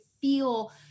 feel